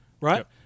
right